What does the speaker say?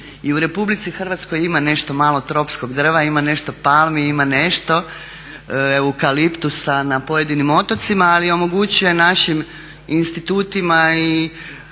I u RH ima nešto malo tropskog drva, ima nešto palmi, ima nešto eukaliptusa na pojedinim otocima ali omogućuje našim institutima i